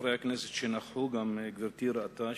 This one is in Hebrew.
חברי הכנסת שנכחו ראו וגם גברתי ראתה,